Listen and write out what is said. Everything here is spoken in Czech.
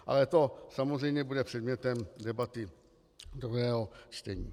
Ale to, samozřejmě, bude předmětem debaty druhého čtení.